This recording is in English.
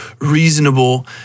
reasonable